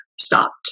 stopped